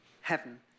heaven